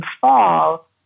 fall